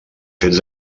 fets